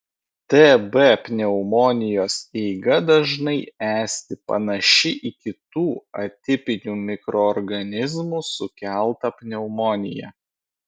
tb pneumonijos eiga dažnai esti panaši į kitų atipinių mikroorganizmų sukeltą pneumoniją